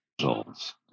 results